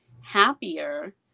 happier